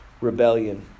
rebellion